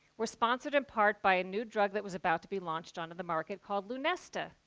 were sponsored in part by a new drug that was about to be launched onto the market, called lunesta,